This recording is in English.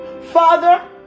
Father